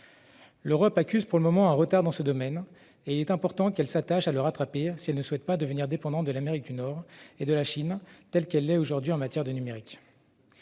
L'Europe accuse pour le moment du retard, et il est important qu'elle s'attache à le rattraper si elle ne souhaite pas devenir dépendante de l'Amérique du Nord et de la Chine, comme elle l'est aujourd'hui en matière de numérique.